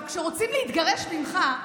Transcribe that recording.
עכשיו, כשרוצים להתגרש ממך,